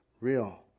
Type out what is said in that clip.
real